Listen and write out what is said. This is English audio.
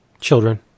children